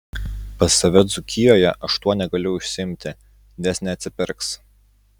pas save dzūkijoje aš tuo negaliu užsiimti nes neatsipirks